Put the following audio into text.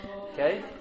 okay